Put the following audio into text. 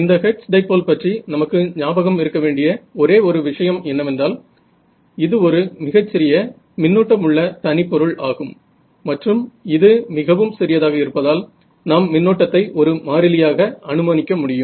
இந்த Hertz dipole பற்றி நமக்கு ஞாபகம் இருக்க வேண்டிய ஒரே ஒரு விஷயம் என்னவென்றால் இது ஒரு மிகச்சிறிய மின்னோட்டம் உள்ள தனிப்பொருள் ஆகும் மற்றும் இது மிகவும் சிறியதாக இருப்பதால் நாம் மின்னோட்டத்தை ஒரு மாறிலியாக அனுமானிக்க முடியும்